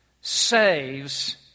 saves